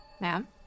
Ma'am